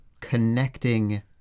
connecting